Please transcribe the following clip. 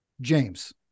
James